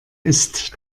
ist